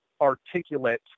articulate